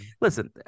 listen